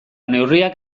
neurriak